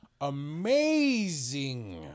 amazing